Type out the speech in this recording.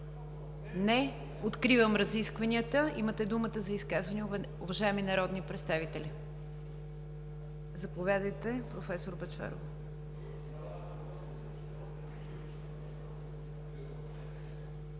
Не. Откривам разискванията. Имате думата за изказвания, уважаеми народни представители. Заповядайте, проф. Бъчварова.